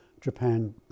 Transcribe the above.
Japan